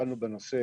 התחלנו לעסוק בנושא